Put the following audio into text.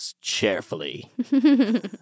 cheerfully